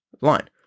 line